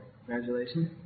Congratulations